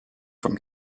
from